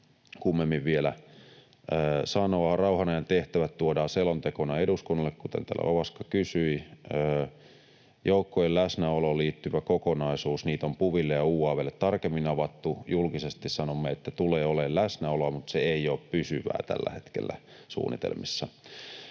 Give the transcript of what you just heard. kummemmin vielä sanoa. Rauhanajan tehtävät tuodaan selontekona eduskunnalle, kuten täällä Ovaska kysyi. Joukkojen läsnäoloon liittyvä kokonaisuus, niitä on PuVille ja UaV:lle tarkemmin avattu. Julkisesti sanomme, että tulee olemaan läsnäoloa, mutta se ei ole pysyvää tällä hetkellä suunnitelmissa.